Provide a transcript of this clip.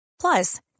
Plus